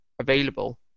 available